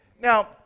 Now